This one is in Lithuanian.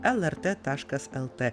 lrt taškas lt